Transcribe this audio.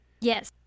Yes